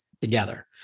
together